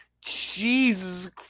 Jesus